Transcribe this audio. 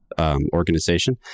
organization